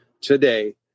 today